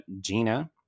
gina